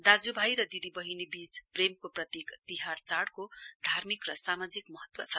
दाज्यू भाई र दिदी वहिनी वीच प्रेमको प्रतीक तिहार चाढ़को धार्मिक र सामाजिक महत्व छ